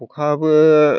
खखाबो